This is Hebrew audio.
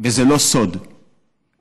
וזה לא סוד שאנחנו,